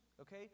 okay